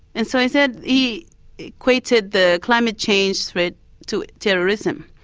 and so he said, he equated the climate change threat to terrorism.